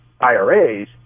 IRAs